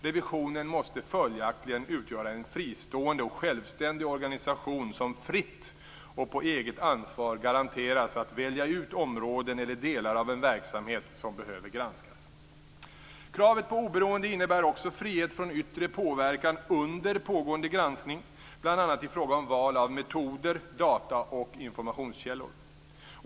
Revisionen måste följaktligen utgöra en fristående och självständig organisation som fritt och på eget ansvar garanteras att välja ut områden eller delar av en verksamhet som behöver granskas. Kravet på oberoende innebär också frihet från yttre påverkan under pågående granskning bl.a. i fråga om val av metoder, data och informationskällor.